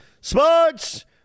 Sports